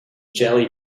jelly